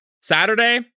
Saturday